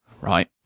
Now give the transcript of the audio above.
right